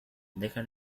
deja